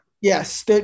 yes